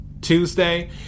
Tuesday